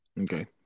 Okay